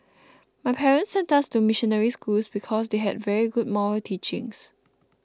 my parents sent us to missionary schools because they had very good moral teachings